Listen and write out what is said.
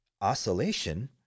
Oscillation